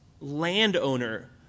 landowner